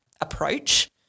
approach